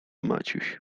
maciuś